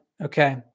Okay